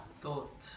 thought